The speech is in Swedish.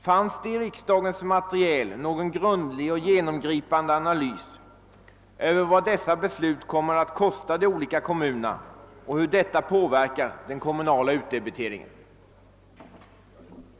Fanns det i riksdagens material någon grundlig och genomgripande analys av vad dessa beslut kommer att kosta de olika kommunerna och hur detta inverkar på den kommunala utdebiteringen?